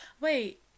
Wait